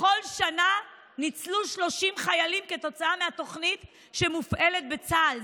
בכל שנה ניצלו 30 חיילים כתוצאה מהתוכנית שמופעלת בצה"ל.